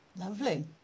Lovely